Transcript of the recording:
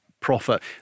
Profit